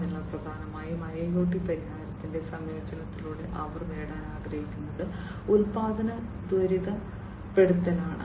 അതിനാൽ പ്രധാനമായും IIoT പരിഹാരത്തിന്റെ സംയോജനത്തിലൂടെ അവർ നേടാൻ ആഗ്രഹിക്കുന്നത് ഉൽപ്പാദന ത്വരിതപ്പെടുത്തലാണ്